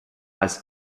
als